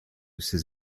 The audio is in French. ces